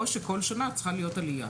או שכל שנה צריכה להיות עלייה.